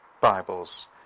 Bibles